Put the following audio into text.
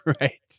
Right